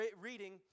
reading